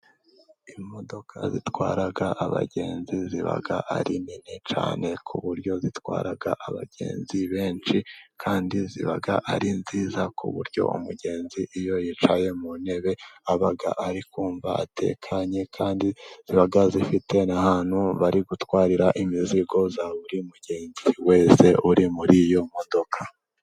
Imodoka zitwara abagenzi ziba ari nini cyane, ku buryo zitwara abagenzi benshi, kandi ziba ari nziza ku buryo umugenzi iyo yicaye mu ntebe aba ari kumva atekanye, kandi ziba zifite ahantu bari gutwarira imizigo ya buri mugenzi wese uri muri iyo modoka.